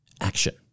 action